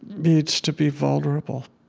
means to be vulnerable.